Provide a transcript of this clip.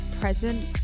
present